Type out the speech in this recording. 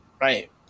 right